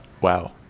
wow